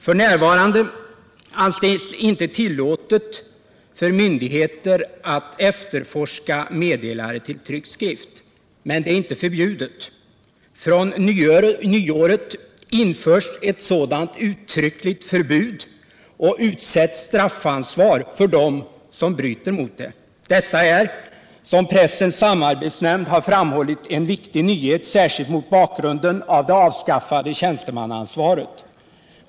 F.n. anses det inte tillåtet för myndigheter att efterforska meddelare till tryckt skrift, men det är inte förbjudet. Från nyåret införs ett sådant uttryckligt förbud och utsätts straffansvar för dem som bryter mot det. Detta är, som pressens samarbetsnämnd har framhållit, en viktig nyhet särskilt mot bakgrunden av det avskaffade tjänstemannaansvaret.